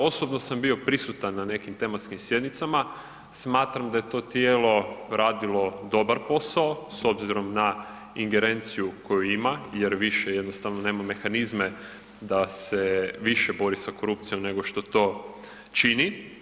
Osobno sam bio prisutan na nekim tematskim sjednicama, smatram da je to tijelo radilo dobar posao s obzirom na ingerenciju koju ima jer više jednostavno nema mehanizme da se više bori sa korupcijom nego što to čini.